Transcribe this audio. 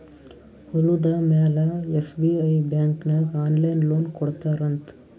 ಹೊಲುದ ಮ್ಯಾಲ SBI bank ನಾಗ್ ಆನ್ಲೈನ್ ಲೋನ್ ಕೊಡ್ತಾರ್ ಅಂತ್